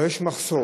אבל יש מחסור.